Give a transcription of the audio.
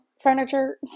furniture